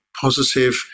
positive